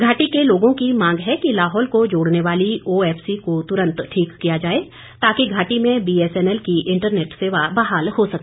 घाटी के लोगों की मांग है कि लाहौल को जोड़ने वाली ओएफसी को तुरंत ठीक किया जाए ताकि घाटी में बीएसएनएल की इंटरनेट सेवा बहाल हो सके